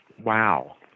Wow